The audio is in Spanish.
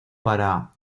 para